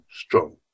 strong